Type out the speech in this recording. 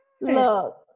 Look